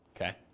okay